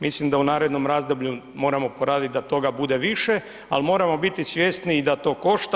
Mislim da u narednom razdoblju moramo poraditi da toga bude više, ali moramo biti svjesni da to košta.